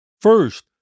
First